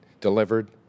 delivered